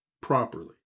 properly